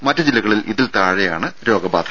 മറ്റ് ജില്ലകളിൽ ഇതിൽ താഴെയാണ് രോഗബാധ